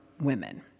women